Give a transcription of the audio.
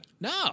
No